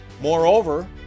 Moreover